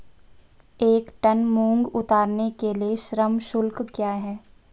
एक टन मूंग उतारने के लिए श्रम शुल्क क्या है?